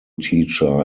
teacher